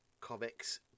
comics